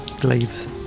glaives